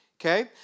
okay